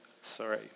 sorry